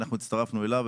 אנחנו הצטרפנו אליו.